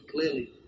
clearly